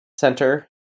center